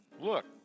Look